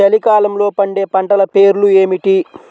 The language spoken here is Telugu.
చలికాలంలో పండే పంటల పేర్లు ఏమిటీ?